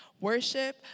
Worship